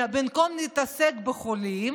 במקום להתעסק בחולים,